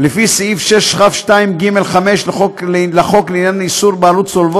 לפי סעיף 6כ2(ג)(5) לחוק לעניין איסור בעלות צולבת